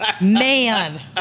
Man